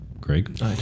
Craig